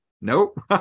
nope